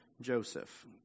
Joseph